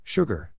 Sugar